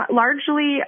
largely